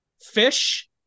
fish